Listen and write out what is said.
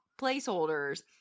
placeholders